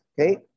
okay